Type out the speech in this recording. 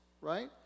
right